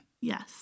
Yes